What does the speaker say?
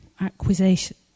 acquisition